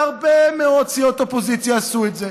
והרבה מאוד סיעות אופוזיציה עשו את זה.